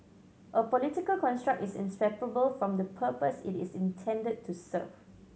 a political construct is inseparable from the purpose it is intended to serve